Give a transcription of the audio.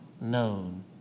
known